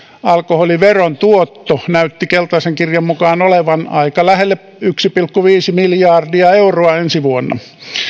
alkoholiveron tuotto näytti keltaisen kirjan mukaan olevan aika lähelle yksi pilkku viisi miljardia euroa ensi vuonna